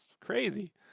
crazy